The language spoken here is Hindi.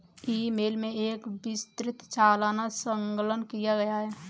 ई मेल में एक विस्तृत चालान संलग्न किया है